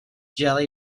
jelly